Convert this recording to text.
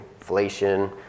inflation